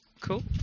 Cool